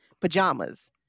pajamas